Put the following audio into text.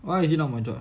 why is it not my job